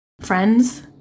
friends